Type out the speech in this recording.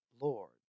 Lord